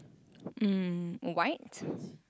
mm white